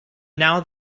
now